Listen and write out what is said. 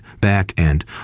back-end